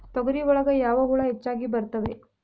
ತೊಗರಿ ಒಳಗ ಯಾವ ಹುಳ ಹೆಚ್ಚಾಗಿ ಬರ್ತವೆ?